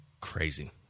Crazy